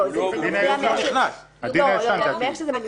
הדין הישן זה התיוג.